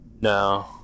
No